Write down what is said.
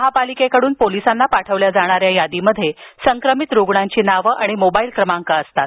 महापालिकेकडून पोलिसांना पाठवल्या जाणाऱ्या यादीमध्ये संक्रमित रुग्णांची नावं मोबाईल क्रमांक दिलेले असतात